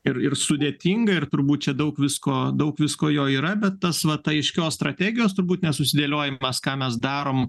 ir ir sudėtinga ir turbūt čia daug visko daug visko jo yra bet tas vat aiškios strategijos turbūt nesusidėliojimas ką mes darom